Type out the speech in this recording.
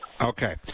okay